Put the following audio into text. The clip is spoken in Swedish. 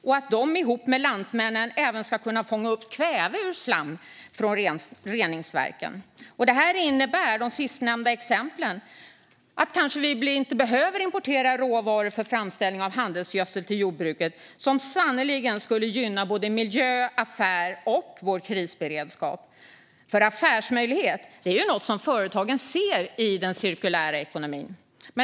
Tillsammans med Lantmännen ska de även kunna fånga upp kväve ur slam från reningsverken. Dessa båda exempel skulle kunna innebära att vi slipper importera råvaror för framställning av handelsgödsel till jordbruket. Det skulle sannerligen gynna såväl miljö som affärsmöjligheter och vår krisberedskap. Affärsmöjligheter är ju något som företagen ser i den cirkulära ekonomin.